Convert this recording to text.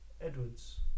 Edwards